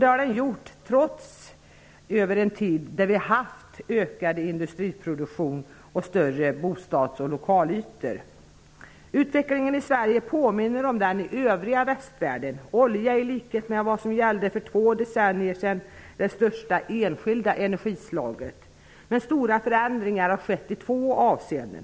Det har den gjort trots en över tiden ökande industriproduktion och större bostads och lokalytor. Utvecklingen i Sverige påminner om den i övriga västvärlden. Olja är i likhet med vad som gällde för två decennier sedan det största enskilda energislaget. Men stora förändringar har skett i två avseenden.